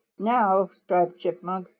now, striped chipmunk,